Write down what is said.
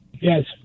Yes